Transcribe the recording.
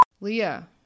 Leah